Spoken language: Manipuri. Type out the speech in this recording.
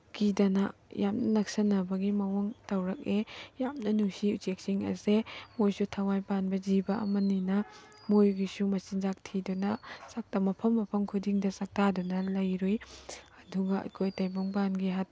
ꯀꯤꯗꯅ ꯌꯥꯝꯅ ꯅꯛꯁꯟꯅꯕꯒꯤ ꯃꯑꯣꯡ ꯇꯧꯔꯛꯑꯦ ꯌꯥꯝꯅ ꯅꯨꯡꯁꯤ ꯎꯆꯦꯛꯁꯤꯡ ꯑꯁꯦ ꯃꯣꯏꯁꯨ ꯊꯋꯥꯏ ꯄꯥꯟꯕ ꯖꯤꯕ ꯑꯃꯅꯤꯅ ꯃꯣꯏꯒꯤꯁꯨ ꯃꯆꯤꯟꯖꯥꯛ ꯊꯤꯗꯨꯅ ꯃꯐꯝ ꯃꯐꯝ ꯈꯨꯗꯤꯡꯗ ꯆꯥꯛꯇꯥꯗꯨꯅ ꯂꯩꯔꯨꯏ ꯑꯗꯨꯒ ꯑꯩꯈꯣꯏ ꯇꯥꯏꯕꯪꯄꯥꯟꯒꯤ